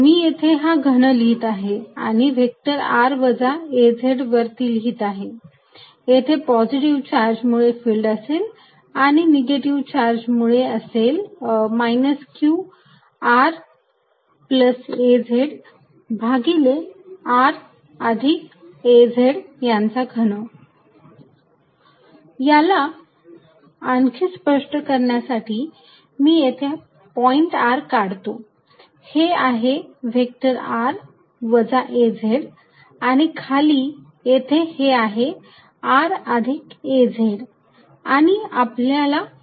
मी येथे हा घन लिहीत आहे आणि व्हेक्टर r वजा az वरती लिहीत आहे येथे पॉझिटिव्ह चार्ज मुळे फिल्ड असेल आणि निगेटिव्ह चार्ज मुळे असेल q r az भागिले r अधिक az यांचा घन Er14π0qr azr az3 qrazraz3 याला आणखी स्पष्ट करण्यासाठी मी येथे हा पॉईंट r काढतो हे आहे व्हेक्टर r वजा az आणि खाली येथे हे आहे r अधिक az आणि आपल्याला फिल्डचे मोजमाप करायचे आहे